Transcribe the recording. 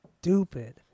stupid